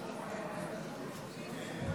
מים